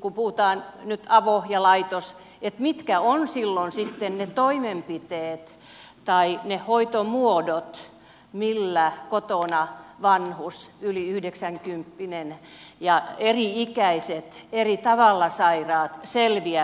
kun puhutaan nyt avo ja laitoshoidosta mitkä ovat silloin sitten ne toimenpiteet tai ne hoitomuodot millä kotona vanhus yli yhdeksänkymppinen ja eri ikäiset eri tavalla sairaat selviävät